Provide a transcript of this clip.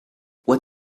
what